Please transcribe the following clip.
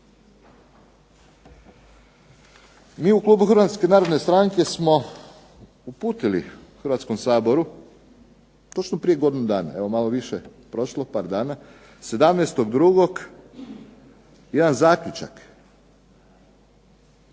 Mi u klubu HNS-a smo uputili Hrvatskom saboru, točno prije godinu dana, evo malo više je prošlo, par dana, 17.02. jedan zaključak